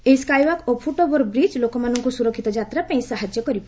ଏହି ସ୍କାଏୱାକ୍ ଓ foot overbridge ଲୋକମାନଙ୍କୁ ସୁରକ୍ଷିତ ଯାତ୍ରାପାଇଁ ସାହାଯ୍ୟ କରିବ